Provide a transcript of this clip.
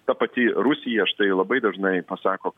ta pati rusija štai labai dažnai pasako